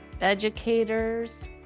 educators